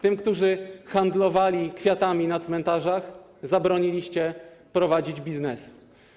Tym, którzy handlowali kwiatami na cmentarzach, zabroniliście prowadzić biznesy.